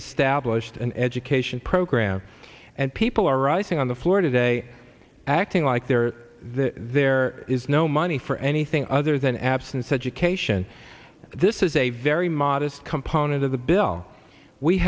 established an education program and people are rising on the floor today acting like there are there is no money for anything other than absence education this is a very modest component of the bill we